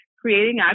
creating